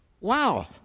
wow